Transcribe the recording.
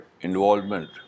involvement